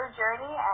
journey